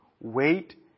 wait